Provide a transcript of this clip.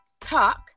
Talk